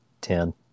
Ten